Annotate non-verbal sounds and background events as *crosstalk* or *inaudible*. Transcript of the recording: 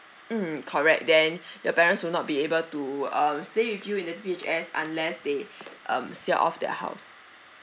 mm correct then *breath* your parents would not be able to um stay with you in the P_P_H_S unless they *breath* um sell off their house